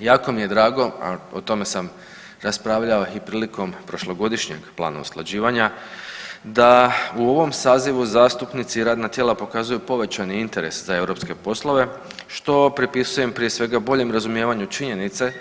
Jako mi je drago, a o tome sam raspravljao i prilikom prošlogodišnjeg plana usklađivanja da u ovom sazivu zastupnici i radna tijela pokazuju povećani interes za europske poslove što pripisujem prije svega boljem razumijevanju činjenice